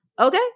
Okay